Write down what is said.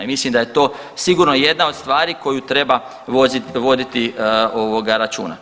I mislim da je to sigurno jedna od stvari koju treba voditi računa.